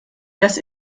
das